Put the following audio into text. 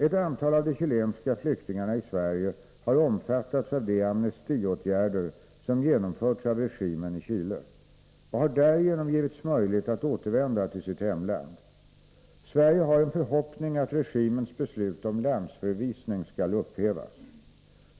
Ett antal av de chilenska flyktingarna i Sverige har omfattats av de amnestiåtgärder som genomförts av regimen i Chile och har därigenom givits möjlighet att återvända till sitt hemland. Sverige har en förhoppning att regimens beslut om landsförvisning skall upphävas.